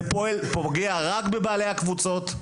זה פוגע רק בבעלי הקבוצות,